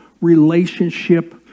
relationship